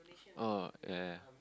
ah ya ya